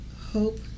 hope